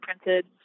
printed